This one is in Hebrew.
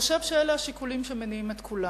חושב שאלה השיקולים שמניעים את כולם: